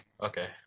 Okay